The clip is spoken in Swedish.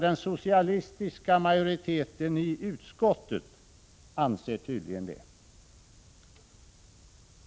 Den socialistiska majoriteten i utskottet anser tydligen detta.